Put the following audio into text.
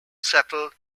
settle